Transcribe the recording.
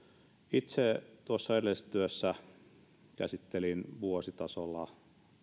itse edellisessä työssä käsittelin vuositasolla